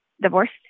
divorced